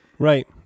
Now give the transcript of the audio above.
Right